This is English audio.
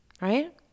right